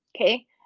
okay